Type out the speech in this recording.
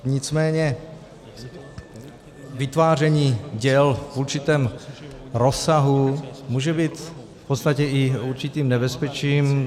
Nicméně vytváření děl v určitém rozsahu může být v podstatě i určitým nebezpečím.